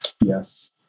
Yes